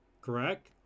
correct